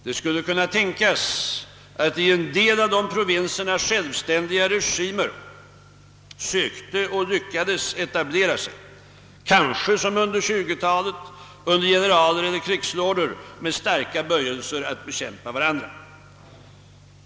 Det skulle kunna tänkas att i en del av dessa provinser självständiga regimer sökte och lyckades etablera sig, kanske som under 1920-talet under generaler eller krigslorder med starka böjelser att bekämpa varandra.